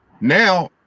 now